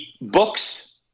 books